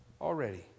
Already